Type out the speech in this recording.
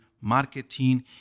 marketing